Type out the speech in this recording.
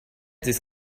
this